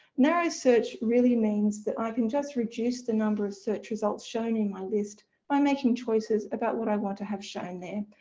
narrow search really means that i can just reduce the number of search results shown in my list by making choices about what i want to have shown there.